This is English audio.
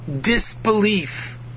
disbelief